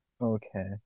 Okay